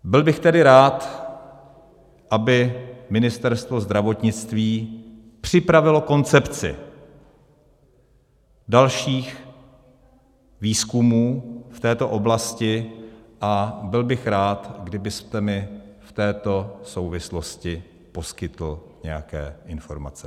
Byl bych tedy rád, aby Ministerstvo zdravotnictví připravilo koncepci dalších výzkumů v této oblasti, a byl bych rád, kdybyste mi v této souvislosti poskytl nějaké informace.